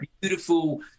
beautiful